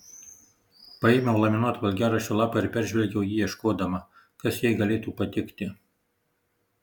paėmiau laminuotą valgiaraščio lapą ir peržvelgiau jį ieškodama kas jai galėtų patikti